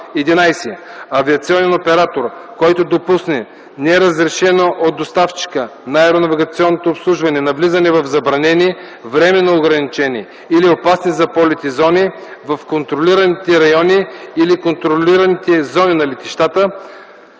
11. авиационен оператор, който допусне неразрешено от доставчика на аеронавигационно обслужване навлизане в забранени, временно ограничени или опасни за полети зони, в контролираните райони или контролираните зони на летищата,